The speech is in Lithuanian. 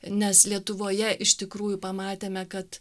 nes lietuvoje iš tikrųjų pamatėme kad